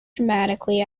dramatically